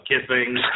kissing